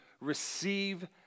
receive